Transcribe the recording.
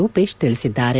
ರೂಪೇಶ್ ತಿಳಿಸಿದ್ದಾರೆ